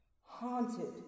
haunted